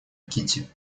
кити